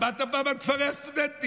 שמעת פעם על כפרי הסטודנטים?